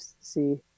see